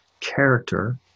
character